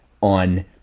on